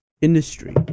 industry